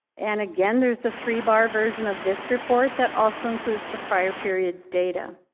and again, there's a three-bar version of this report that also includes the prior period's data.